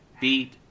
beat